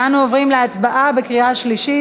אנו עוברים להצבעה בקריאה שלישית.